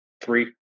three